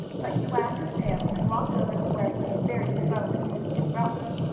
but he wagged his tail, and walked over to where he had buried the bone sadie had brought him.